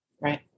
Right